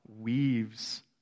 weaves